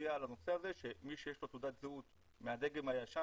שמודיע על הנושא הזה שמי שיש לו תעודת זהות מהדגם הישן,